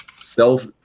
Self